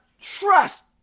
trust